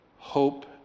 hope